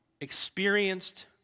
experienced